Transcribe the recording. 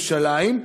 ירושלים,